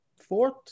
fourth